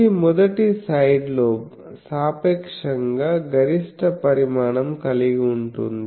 ఇది మొదటి side lobe సాపేక్షం గా గరిష్ట పరిమాణం కలిగి ఉంటుంది